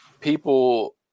people